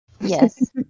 yes